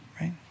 right